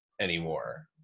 anymore